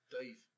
Dave